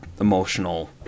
emotional